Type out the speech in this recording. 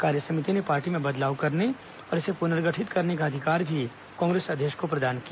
कार्य समिति ने पार्टी में बदलाव करने और इसे पुनर्गठित करने का अधिकार भी कांग्रेस अध्यक्ष को प्रदान किया